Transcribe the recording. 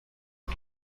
rue